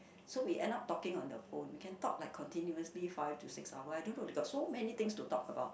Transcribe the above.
so we end up talking on the phone we can talk like continuously five to six hour I don't know there got so many things to talk about